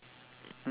it was